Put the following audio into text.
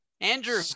Andrew